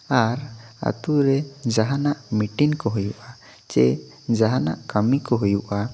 ᱟᱨ ᱟᱛᱳᱨᱮ ᱡᱟᱦᱟᱱᱟᱜ ᱢᱤᱴᱤᱱ ᱠᱚ ᱦᱩᱭᱩᱜᱼᱟ ᱥᱮ ᱡᱟᱦᱟᱱᱟᱜ ᱠᱟᱹᱢᱤ ᱠᱚ ᱦᱩᱭᱩᱜᱼᱟ